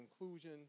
inclusion